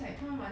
you crazy